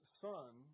son